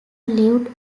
lived